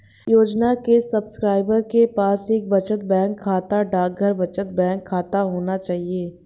योजना के सब्सक्राइबर के पास एक बचत बैंक खाता, डाकघर बचत बैंक खाता होना चाहिए